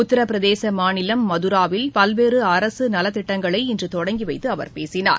உத்தரப்பிரதேசம் மாநிலம் மதுராவில் பல்வேறு அரசு நலத்திட்டங்களை இன்று தொடங்கி வைத்து அவர் பேசினார்